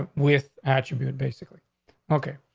with actually basically okay,